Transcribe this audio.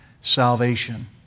salvation